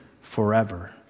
forever